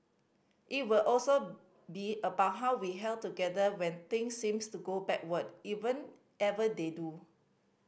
it will also be about how we held together when things seemed to go backward even ever they do